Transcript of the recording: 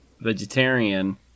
vegetarian